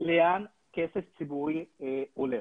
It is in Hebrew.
לאן כסף ציבורי הולך.